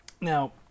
now